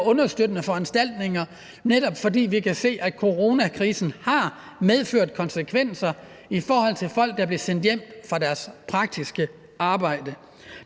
understøttende foranstaltninger, fordi vi kan se, at coronakrisen har medført konsekvenser for folk, der er blevet sendt hjem fra deres praktiske arbejde.